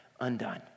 undone